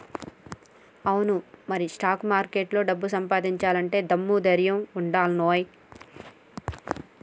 అవును మరి స్టాక్ మార్కెట్లో డబ్బు సంపాదించాలంటే దమ్ము ధైర్యం ఉండానోయ్